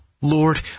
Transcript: Lord